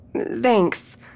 Thanks